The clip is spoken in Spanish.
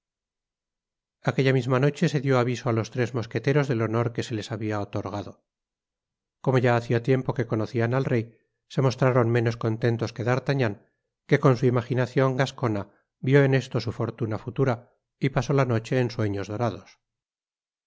aquella misma noche se dió aviso á los tres mosqueteros del honor que se les habia otorgado como ya hacia tiempo que conocían al rey se mostraron menos contentos que d'artagnan que con su imaginacion gascona vió en esto su fortuna futura y pasó la noche en sueños dorados